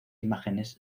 imágenes